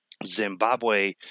Zimbabwe